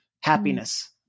happiness